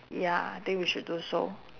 ya think we should do so